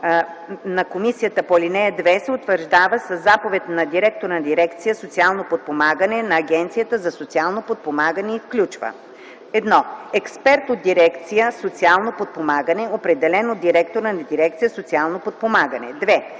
на комисията по ал. 2 се утвърждава със заповед на директора на дирекция „Социално подпомагане” на Агенцията за социално подпомагане и включва: 1. експерт от дирекция „Социално подпомагане”, определен от директора на дирекция „Социално подпомагане”; 2.